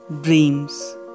Dreams